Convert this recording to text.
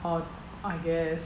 orh orh I guess